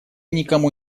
никому